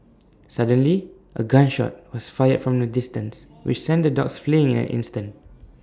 suddenly A gun shot was fired from A distance which sent the dogs fleeing in an instant